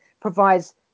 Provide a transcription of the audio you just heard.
provides